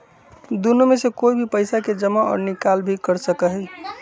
दुन्नो में से कोई भी पैसा के जमा और निकाल भी कर सका हई